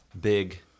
big